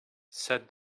said